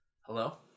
hello